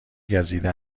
گزیده